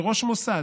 לראש המוסד.